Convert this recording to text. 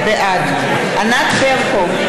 בעד ענת ברקו,